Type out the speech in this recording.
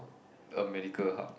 a medical hub